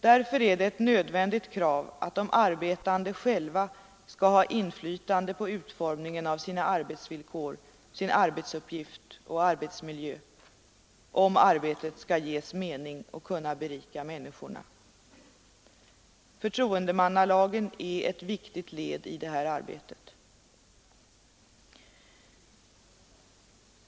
Därför är det ett nödvändigt krav, att de arbetande själva skall ha inflytande på utformningen av sina arbetsvillkor, sin arbetsuppgift och arbetsmiljö, om arbetet skall ges mening och kunna berika människorna.” Förtroendemannalagen är ett viktigt led i det här arbetet.